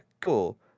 cool